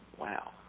Wow